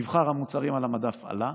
מבחר המוצרים על המדף עלה.